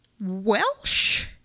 Welsh